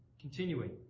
continuing